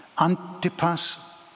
Antipas